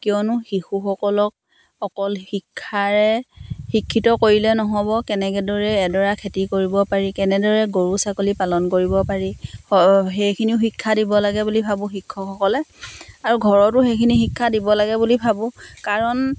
কিয়নো শিশুসকলক অকল শিক্ষাৰে শিক্ষিত কৰিলে নহ'ব কেনেদৰে এডৰা খেতি কৰিব পাৰি কেনেদৰে গৰু ছাগলী পালন কৰিব পাৰি স সেইখিনিও শিক্ষা দিব লাগে বুলি ভাবোঁ শিক্ষকসকলে আৰু ঘৰতো সেইখিনি শিক্ষা দিব লাগে বুলি ভাবোঁ কাৰণ